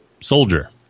soldier